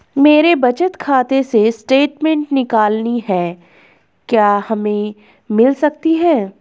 मेरे बचत खाते से स्टेटमेंट निकालनी है क्या हमें मिल सकती है?